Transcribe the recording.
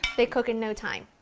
they cook in no time.